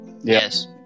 Yes